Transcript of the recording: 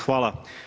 Hvala.